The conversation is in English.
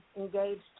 engaged